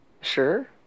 Sure